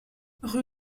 rue